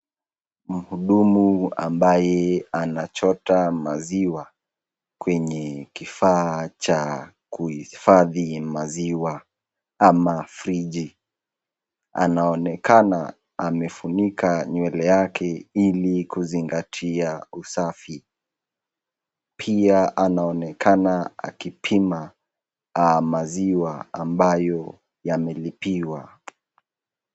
Muhudumu ambaye anachota maziwa kwenye kifaa cha kuhifadhi maziwa ama [fridge]. Anaonekana amefunika nywele yake ili kuzingatia usafi. Pia anaonekana akipima maziwa ambayo yamelipiwa